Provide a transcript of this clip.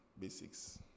basics